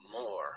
more